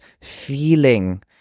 feeling